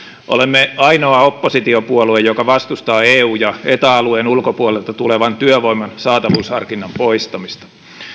olemme ainoa oppositiopuolue joka vastustaa eu ja eta alueen ulkopuolelta tulevan työvoiman saatavuusharkinnan poistamista